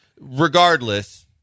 Regardless